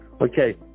okay